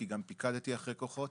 כי גם פיקדתי אחרי כוחות,